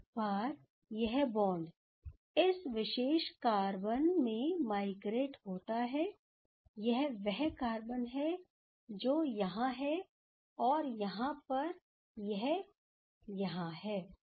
एक बार यह बॉन्ड इस विशेष कार्बन में माइग्रेट होता है यह वह कार्बन है जो यहां है और यहां पर यह यहां है